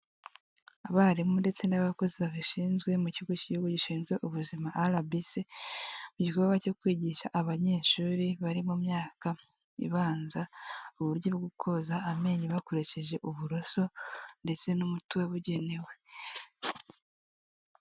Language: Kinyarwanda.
Abarimu ndetse n'abakozi babishinzwe mu kigo cy'igihugu gishinzwe ubuzima RBC, mu gikorwa cyo kwigisha abanyeshuri bari mu myaka ibanza, uburyo bwo koza amenyo bakoresheje uburoso ndetse n'umuti wabugenewe.